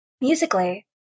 musically